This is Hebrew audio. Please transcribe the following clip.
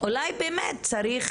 אולי באמת צריך